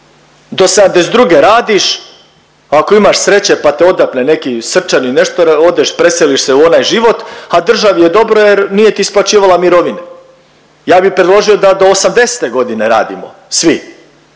Do 72 radiš ako imaš sreće pa te odapne neki srčani i nešto odeš preseliš se u onaj život, a državi je dobro jer nije ti isplaćivala mirovine. Ja bi predložio da do 80-te godine radimo svi.